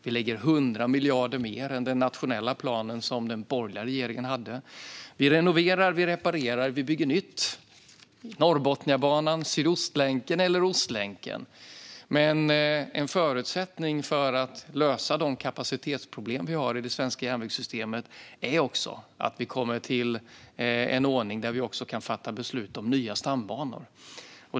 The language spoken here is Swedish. Vi lägger 100 miljarder mer än den nationella plan som den borgerliga regeringen hade. Vi renoverar, vi reparerar och vi bygger nytt, till exempel i fråga om Norrbotniabanan, Sydostlänken och Ostlänken. Men en förutsättning för att lösa de kapacitetsproblem vi har i det svenska järnvägssystemet är att vi kommer till en ordning där vi kan fatta beslut om nya stambanor.